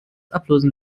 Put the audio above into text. ablösen